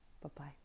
Bye-bye